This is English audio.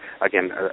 again